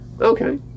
Okay